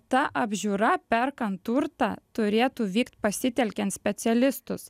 ta apžiūra perkant turtą turėtų vykt pasitelkiant specialistus